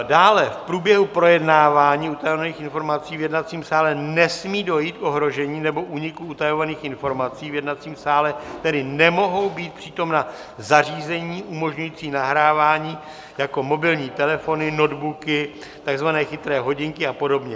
Dále v průběhu projednávání utajovaných informací v jednacím sále nesmí dojít k ohrožení nebo úniku utajovaných informací, v jednacím sále tedy nemohou být přítomna zařízení umožňující nahrávání jako mobilní telefony, notebooky, takzvané chytré hodinky a podobně.